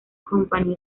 company